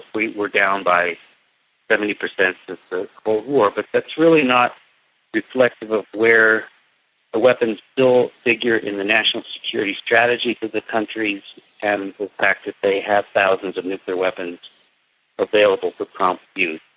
we're we're down by seventy since the the cold war, but that's really not reflective of where the weapons still figure in the national security strategy for the countries and the fact that they have thousands of nuclear weapons available for prompt use.